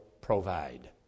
provide